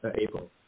April